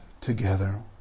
together